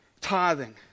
Tithing